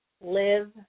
live